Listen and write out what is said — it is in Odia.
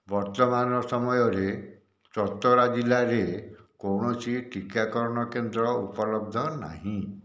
ବର୍ତ୍ତମାନ ସମୟରେ ଚତରା ଜିଲ୍ଲାରେ କୌଣସି ଟିକାକରଣ କେନ୍ଦ୍ର ଉପଲବ୍ଧ ନାହିଁ